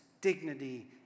dignity